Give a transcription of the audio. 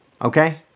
Okay